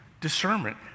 discernment